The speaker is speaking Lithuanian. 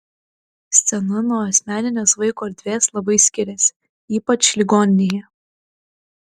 scena nuo asmeninės vaiko erdvės labai skiriasi ypač ligoninėje